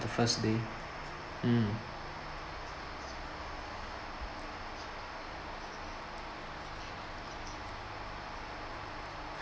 first day mm